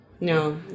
No